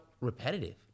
repetitive